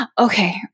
okay